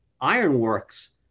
ironworks